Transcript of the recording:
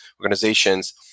organizations